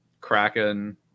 Kraken